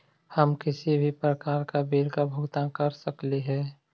हम किसी भी प्रकार का बिल का भुगतान कर सकली हे?